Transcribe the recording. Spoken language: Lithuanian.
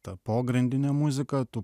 ta pogrindinė muzika tu